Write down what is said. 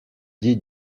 dits